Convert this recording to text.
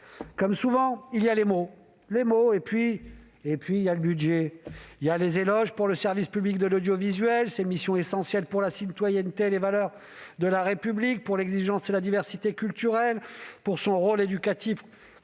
Comme souvent, il y a les mots, les mots, et puis ... Et puis, il y a le budget ! Il y a les éloges pour le service public de l'audiovisuel, pour ses missions essentielles pour la citoyenneté et les valeurs de la République, pour l'exigence et la diversité culturelle, pour son rôle éducatif